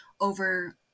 over